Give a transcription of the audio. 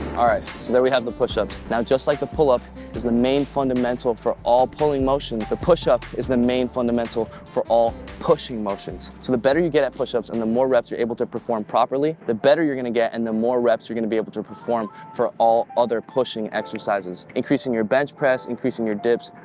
so there we have the push ups. now, just like the pull up is the main fundamental for all pulling motion, the push up is the main fundamental for all pushing motions. so the better you get at push ups and the more reps you're able to perform properly, the better you're gonna get and the more reps you're going to be able to perform for all other pushing exercises. increasing your bench press, increasing your dips,